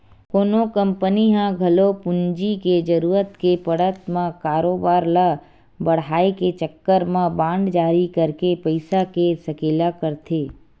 कोनो कंपनी ह घलो पूंजी के जरुरत के पड़त म कारोबार ल बड़हाय के चक्कर म बांड जारी करके पइसा के सकेला करथे